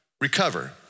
recover